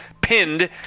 pinned